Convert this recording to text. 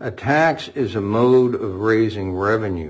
a tax is a mode of raising revenue